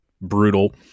brutal